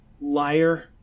Liar